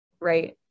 Right